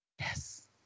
Yes